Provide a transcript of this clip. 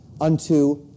unto